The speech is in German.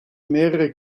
mehrere